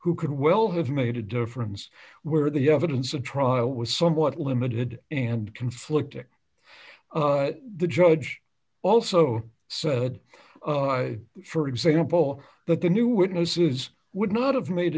who could well have made a difference where the evidence of trial was somewhat limited and conflicting the judge also said for example that the new witnesses would not have made